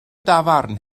dafarn